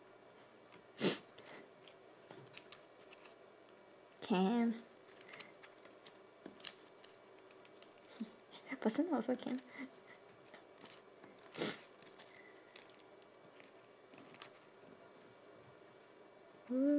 can personal also can